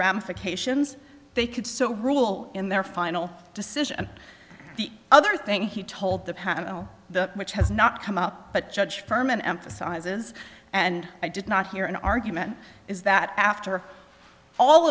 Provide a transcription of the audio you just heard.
ramifications they could so rule in their final decision the other thing he told the panel the which has not come up but judge berman emphasizes and i did not hear an argument is that after all